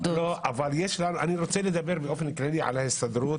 אני רוצה לדבר באופן כלי על ההסתדרות,